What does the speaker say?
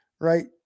Right